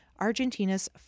Argentina's